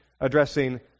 addressing